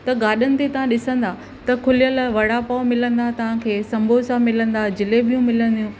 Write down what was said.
त गार्डन ते तव्हां ॾिसंदा त खुलियल वड़ा पाव मिलंदा तव्हां खे समोसा मिलंदा जलेबियूं मिलंदियूं